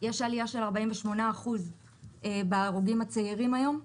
יש עלייה של 48% בהרוגים הצעירים היום.